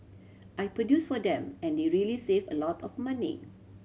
I produce for them and they really save a lot of money